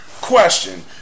question